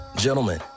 Gentlemen